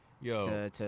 Yo